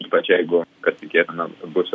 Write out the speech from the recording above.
ypač jeigu kad tikėtina bus